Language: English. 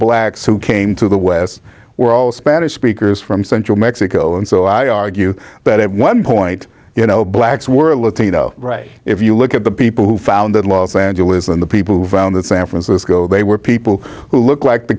blacks who came to the west were all spanish speakers from central mexico and so i argue that at one point you know blacks were a latino right if you look at the people who founded los angeles and the people who found that san francisco they were people who looked like the